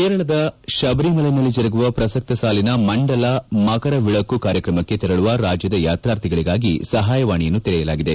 ಕೇರಳದ ಶಬರಿಮಲೈನಲ್ಲಿ ಜರುಗುವ ಪ್ರಸತ್ತ ಸಾಲಿನ ಮಂಡಲ ಮಕರವಿಳಕ್ಕು ಕಾರ್ಯಕ್ರಮಕ್ಕೆ ತೆರಳುವ ರಾಜ್ಯದ ಯಾತಾರ್ಥಿಗಳಿಗಾಗಿ ಸಹಾಯವಾಣಿಯನ್ನು ತೆರೆಯಲಾಗಿದೆ